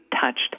touched